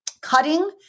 cutting